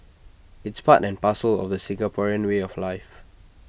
it's part and parcel of the Singaporean way of life